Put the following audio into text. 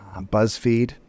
Buzzfeed